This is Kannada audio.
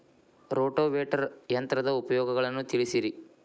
ರೋಟೋವೇಟರ್ ಯಂತ್ರದ ಉಪಯೋಗಗಳನ್ನ ತಿಳಿಸಿರಿ